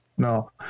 No